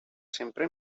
sempre